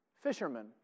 fishermen